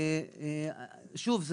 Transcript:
שוב,